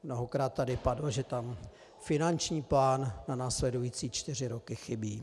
Mnohokrát tady padlo, že finanční plán na následující čtyři roky tam chybí.